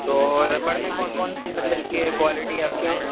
تو ربڑ میں کون کون سی مطلب کی کوالیٹی ہے آپ کے یہاں